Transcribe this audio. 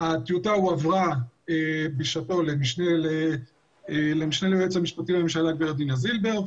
הטיוטה הועברה בשעתו למשנה ליועץ המשפטי לממשלה הגברת דינה זילבר,